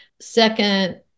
Second